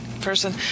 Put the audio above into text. person